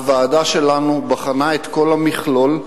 הוועדה שלנו בחנה את כל המכלול,